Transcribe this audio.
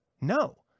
No